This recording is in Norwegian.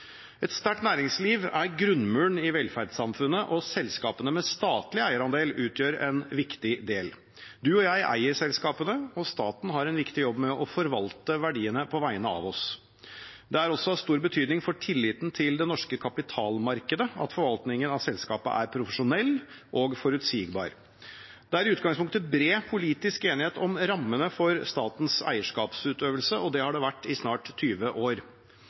Et sterkt næringsliv er grunnmuren i velferdssamfunnet, og selskapene med statlig eierandel utgjør en viktig del. Du og jeg eier selskapene, og staten har en viktig jobb med å forvalte verdiene på vegne av oss. Det er også av stor betydning for tilliten til det norske kapitalmarkedet at forvaltningen av selskapet er profesjonell og forutsigbar. Det er i utgangspunktet bred politisk enighet om rammene for statens eierskapsutøvelse, og det har det vært i snart 20 år.